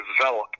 develop